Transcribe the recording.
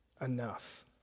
enough